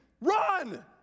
run